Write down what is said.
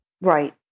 Right